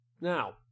Now